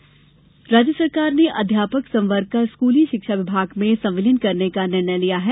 अध्यापक आदेश राज्य सरकार ने अध्यापक संवर्ग का स्कूली शिक्षा विभाग में संविलियन करने का निर्णय लिया है